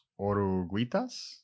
oruguitas